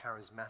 charismatic